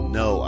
no